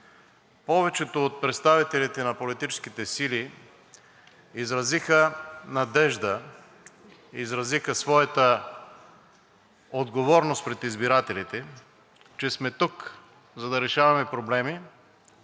повечето от представителите на политическите сили изразиха надежда, изразиха своята отговорност пред избирателите, че сме тук, за да решаваме проблеми,